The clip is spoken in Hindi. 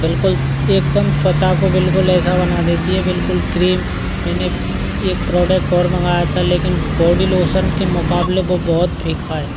बिल्कुल एकदम त्वचा को बिल्कुल ऐसा बना है देती बिल्कुल क्लीन मैने एक प्रोडक्ट और मंगाया था लेकिन बॉडी लोसन के मुकाबले वह बहुत फ़ीका है